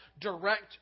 direct